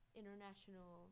international